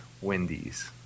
Wendy's